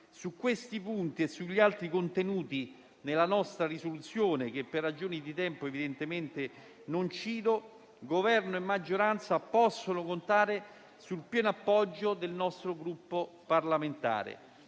Su questi punti e sugli altri contenuti nella nostra proposta di risoluzione, che per ragioni di tempo evidentemente non cito, Governo e maggioranza possono contare sul pieno appoggio del nostro Gruppo parlamentare.